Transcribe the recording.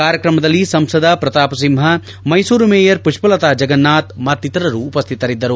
ಕಾರ್ಯಕ್ರಮದಲ್ಲಿ ಸಂಸದ ಪ್ರತಾಪಸಿಂಹ ಮೈಸೂರು ಮೇಯರ್ ಪುಷ್ಷಲತಾ ಜಗನ್ನಾಥ್ ಮತ್ತಿತರರು ಉಪಸ್ಥಿತರಿದ್ದರು